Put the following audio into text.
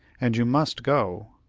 and you must go.